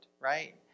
right